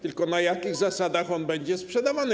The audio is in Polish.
Tylko na jakich zasadach on będzie sprzedawany?